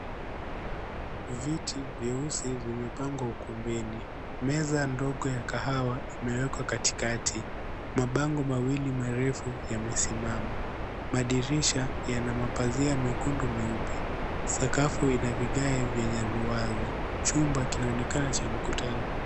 Viti vyeusi vimepangwa ukumbini. Meza ndogo ya kahawa imewekwa katikati. Mabango mawili marefu yamesimama. Madirisha yana mapazia mekundu meupe. Sakafu ina vigae vyenye ruwaza. Chumba kinaonekana cha mkutano.